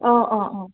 অঁ অঁ অঁ